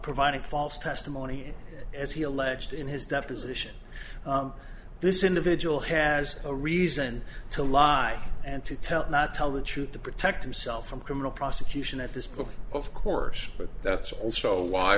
providing false testimony as he alleged in his deposition this individual has a reason to lie and to tell not tell the truth to protect himself from criminal prosecution at this book of course but that's also why